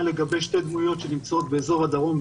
לגבי שתי דמויות שנמצאות באזור הדרום,